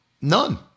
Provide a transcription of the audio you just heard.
none